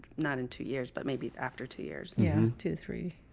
not in two years, but maybe after two years. yeah. two, three.